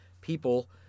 people